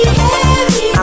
heavy